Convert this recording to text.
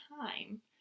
time